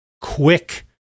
quick